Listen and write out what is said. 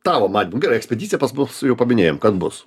tavo manymu nu gerai ekspediciją pas mus jau paminėjom kad bus